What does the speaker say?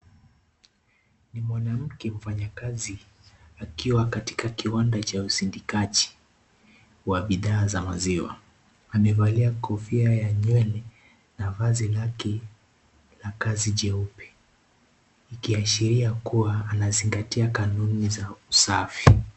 Ni mwanamke mfanyakazi, akiwa katika kiwanda cha usindikaji, wa bidhaa za maziwa, amevalia kofia ya nywele, na vazi lake, la kazi jeupe, ikiashiria kuwa anazingatia kanun za usafi.